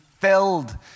filled